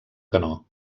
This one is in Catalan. canó